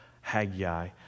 Haggai